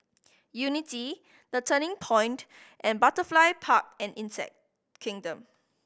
Unity The Turning Point and Butterfly Park and Insect Kingdom